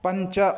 पञ्च